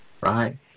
right